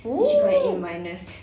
oh